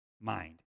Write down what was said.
mind